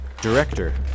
Director